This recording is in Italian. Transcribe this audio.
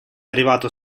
arrivato